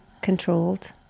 controlled